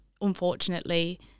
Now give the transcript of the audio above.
unfortunately